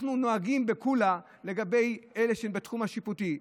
אנחנו נוהגים לקולא לגבי אלה שבתחום השיפוטי.